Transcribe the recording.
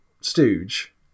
stooge